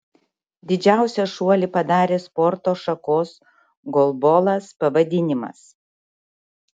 didžiausią šuolį padarė sporto šakos golbolas pavadinimas